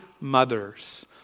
mothers